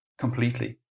completely